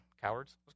cowards